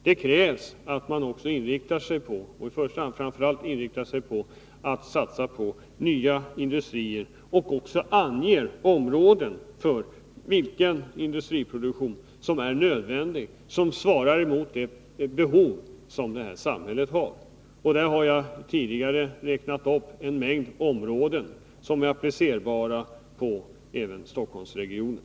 Det krävs att man i första hand inriktar sig på att satsa på nya industrier — och att man anger vilken industriproduktion som är nödvändig och som svarar mot de behov som samhället har. Jag har tidigare räknat upp en mängd områden som är applicerbara även på Stockholmsregionen.